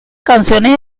canciones